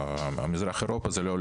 מרכזי חוסן לא יודעים